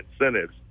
incentives